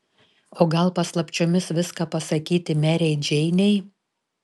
o gal paslapčiomis viską pasakyti merei džeinei